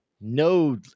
no